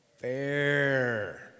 fair